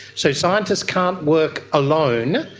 so scientists can't work alone,